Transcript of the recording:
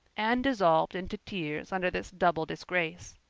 anne dissolved into tears under this double disgrace.